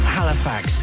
Halifax